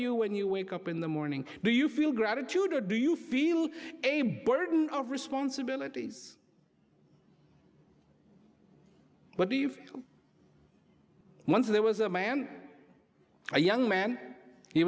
you when you wake up in the morning do you feel gratitude or do you feel a burden of responsibilities but we've once there was a man a young man he